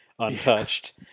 untouched